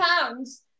pounds